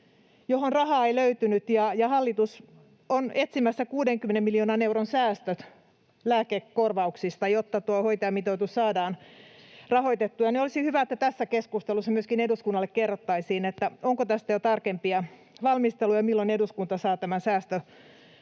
johon rahaa ei löytynyt, ja hallitus on etsimässä 60 miljoonan euron säästöt lääkekorvauksista, jotta tuo hoitajamitoitus saadaan rahoitettua, niin että olisi hyvä, että tässä keskustelussa myöskin eduskunnalle kerrottaisiin, onko tästä jo tarkempia valmisteluja ja milloin eduskunta saa tämän säästölain